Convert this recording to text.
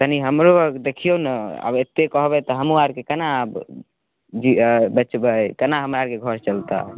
तनि हमरो आरके देखियौ ने आब अत्ते कहबै तऽ हमहूँ आरके केना आब बेचबै केना हमरा आरके घर चलतै